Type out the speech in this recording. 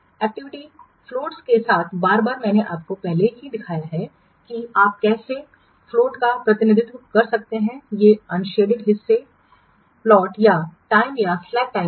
activity floats के साथ बार बार मैंने आपको पहले ही दिखाया है कि आप कैसे फ़्लोट का प्रतिनिधित्व कर सकते हैं ये अन शेडेड हिस्से फ़्लोट या टाइम या स्लैक टाइम है